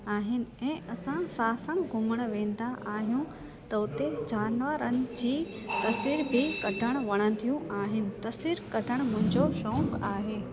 आहिनि ऐं असां साणु साणु घुमणु वेंदा आहियूं त उते जानवरनि जी तस्वीर बि कढणु वणंदियूं आहिनि तस्वीरु कढणु मुंहिंजो शौक़ु आहे